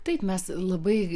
taip mes labai